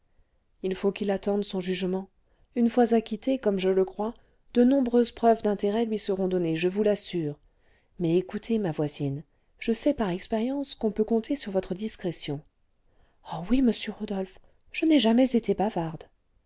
il faut qu'il attende son jugement une fois acquitté comme je le crois de nombreuses preuves d'intérêt lui seront données je vous l'assure mais écoutez ma voisine je sais par expérience qu'on peut compter sur votre discrétion oh oui monsieur rodolphe je n'ai jamais été bavarde